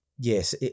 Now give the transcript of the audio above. yes